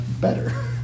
better